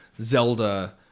Zelda